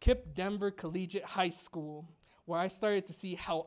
kip denver collegiate high school where i started to see how